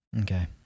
Okay